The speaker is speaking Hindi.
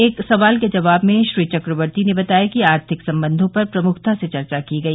एक सवाल के जवाब में श्री चक्रवर्ती ने बताया कि आर्थिक सम्बंधों पर प्रमुखता से चर्चा की गई